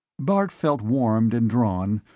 bart felt warmed and drawn,